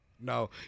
No